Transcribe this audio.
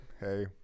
hey